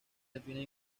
definen